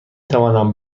توانم